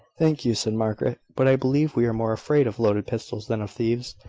thank you, said margaret, but i believe we are more afraid of loaded pistols than of thieves.